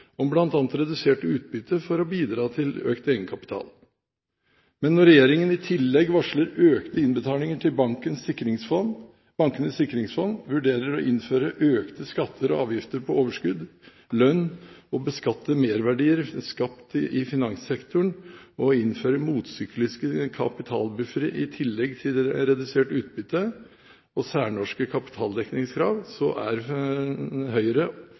om bl.a. redusert utbytte for å bidra til økt egenkapital. Men når regjeringen i tillegg varsler økte innbetalinger til Bankenes sikringsfond, vurderer å innføre økte skatter og avgifter på overskudd og lønn, vurderer å beskatte merverdier skapt i finanssektoren og innføre motsykliske kapitalbuffere, i tillegg til redusert utbytte og særnorske kapitaldekningskrav, er Høyre